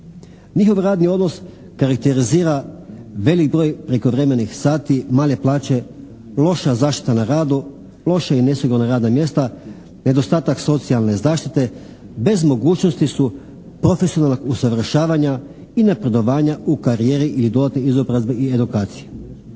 Njihov radni odnos karakterizira velik broj prekovremenih sati, male plaće, loša zaštita na radu, loša i nesigurna radna mjesta, nedostatak socijalne zaštite, bez mogućnosti su profesionalnog usavršavanja i napredovanja u karijeri ili dodatnoj izobrazbi i edukaciji.